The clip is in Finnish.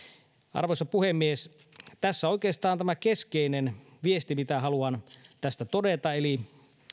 arvoisa puhemies tässä oikeastaan tämä keskeinen viesti mitä haluan tästä todeta eli